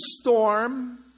storm